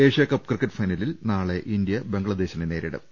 Asia Cup cricket ഫൈനലിൽ നാളെ India ബംഗ്ലാദേശിനെ നേരിടും